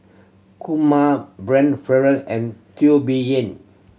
Kumar Brian Farrell and Teo Bee Yen